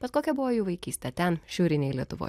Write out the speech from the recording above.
bet kokia buvo jų vaikystė ten šiaurinėj lietuvoj